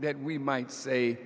that we might say